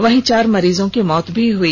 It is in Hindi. वहीं चार मरीजों की मौत भी हई